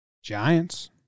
Giants